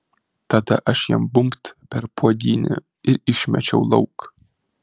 tada aš jam bumbt per puodynę ir išmečiau lauk